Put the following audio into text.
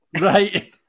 Right